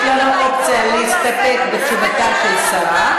יש כאן אופציה להסתפק בתשובתה של השרה,